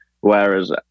whereas